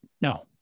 no